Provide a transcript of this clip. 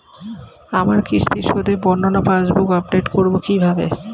আমার কিস্তি শোধে বর্ণনা পাসবুক আপডেট করব কিভাবে?